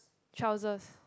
trousers